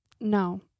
No